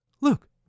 Look